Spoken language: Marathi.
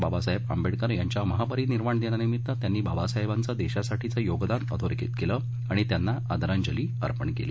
बाबासाहेब आंबेडकर यांच्या महापरिनिर्वाण दिनानिमित्त त्यांनी बाबासाहेबांचं देशासाठीचं योगदान अधोरेखित केलं आणि त्यांना आदरांजली अर्पण केली